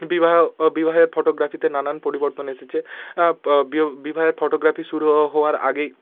বিবাহ বিবাহের ফটোগ্রাফিতে নানান পরিবর্তন এসেছে বিবাহের ফটোগ্রাফি শুরু হ হওয়ার আগেই